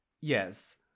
Yes